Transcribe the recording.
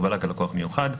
הגבלה כלקוח מיוחד,